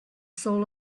soul